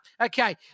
okay